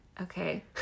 Okay